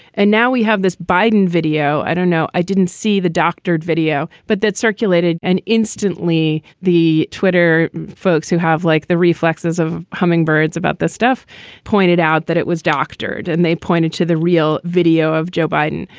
and now we have this biden video. i don't know. i didn't see the doctored video, but that circulated. and instantly the twitter folks who have like the reflexes of hummingbird's about this stuff pointed out that it was doctored and they pointed to the real video of joe biden.